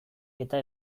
eta